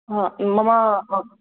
हा मम हा